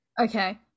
Okay